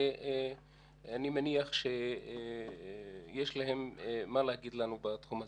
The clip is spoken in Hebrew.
ואני מניח שיש להם מה לומר בתחום הזה.